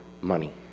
money